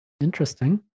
Interesting